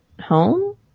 home